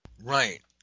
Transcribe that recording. Right